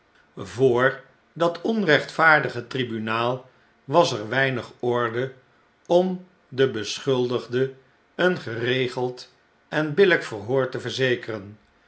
voor dat onrechtvaardige tribunaal was er weinig orde om den beschuldigde een geregeld en billgk verhoor te verzekeren